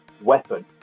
weapon